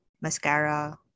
mascara